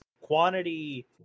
quantity